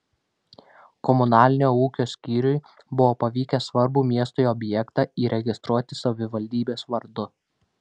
komunalinio ūkio skyriui buvo pavykę svarbų miestui objektą įregistruoti savivaldybės vardu